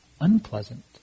unpleasant